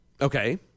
Okay